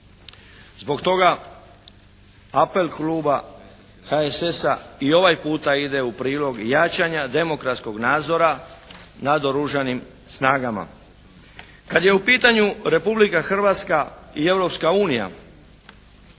Zbog toga apel kluba HSS-a i ovaj puta ide u prilog jačanja demokratskog nadzora nad Oružanim snagama. Kada je u pitanju Republike Hrvatska i Europska unija